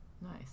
Nice